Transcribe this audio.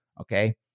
okay